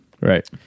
Right